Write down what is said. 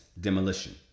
demolition